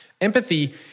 Empathy